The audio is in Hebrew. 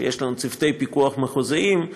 שיש לנו שטחי פיקוח מחוזיים.